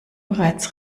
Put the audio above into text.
bereits